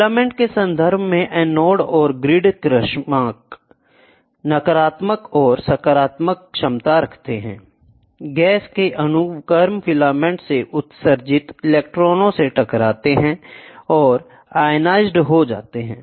filament के संदर्भ में एनोड और ग्रिड क्रमशः नकारात्मक और सकारात्मक क्षमता पर हैं I गैस के अणु गर्म फिलामेंट से उत्सर्जित इलेक्ट्रॉनों से टकराते हैं और अनोनीज़ेड हो जाते हैं